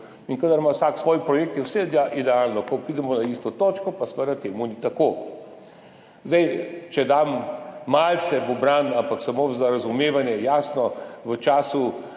In kadar ima vsak svoj projekt, je vse idealno, ko pridemo na isto točko, pa seveda to ni tako. Če dam malce v bran, ampak samo za razumevanje, jasno, v času